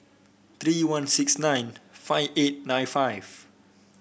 three one six nine five eight nine five